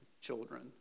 children